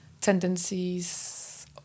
tendencies